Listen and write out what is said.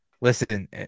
listen